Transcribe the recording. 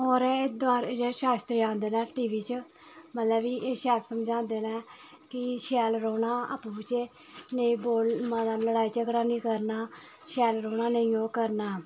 होर एह् दवार जेह्ड़े शास्त्री आंदे न टी वी च मतलब कि एह् शैल समझांदे न कि शैल रौह्ना आपूं बिच्चे नेईं बोल मता लड़ाई झगड़ा निं करना शैल रौह्ना नेईं ओह् करना